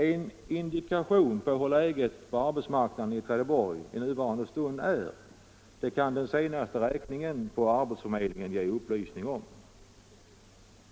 En indikation på hur läget på arbetsmarknaden i Trelleborg i nuvarande stund är kan den senaste räkningen på arbetsförmedlingen ge upplysning om.